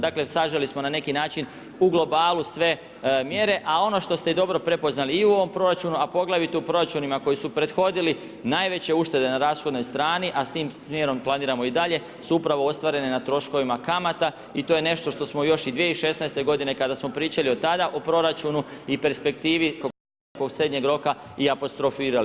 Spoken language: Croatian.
Dakle, saželi smo na neki način u globalu sve mjere, a ono što ste i dobro prepoznali, i u ovom proračunu, a poglavito u proračunima koji su prethodili, najveće uštede na rashodnoj strani, a s time smjerom planiramo i dalje, su upravo ostvarene na troškovima kamata i to je nešto što smo još i 2016. godine, kada smo pričali o tada o proračunu i perspektivi nekakvog srednjeg roka i apostrofirali.